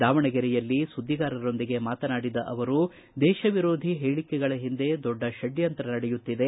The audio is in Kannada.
ದಾವಣಗೆರೆಯಲ್ಲಿ ಸುದ್ದಿಗಾರರೊಂದಿಗೆ ಮಾತನಾಡಿದ ಅವರು ದೇಶ ವಿರೋಧೀ ಹೇಳಿಕೆಗಳ ಹಿಂದೆ ದೊಡ್ಡ ಷಡ್ಕಂತ್ರ ನಡೆಯುತ್ತಿದೆ